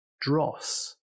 Dross